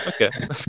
Okay